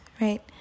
right